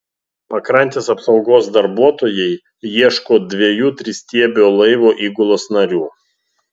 pakrantės apsaugos darbuotojai ieško dviejų tristiebio laivo įgulos narių